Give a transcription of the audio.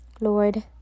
Lord